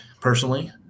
personally